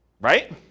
right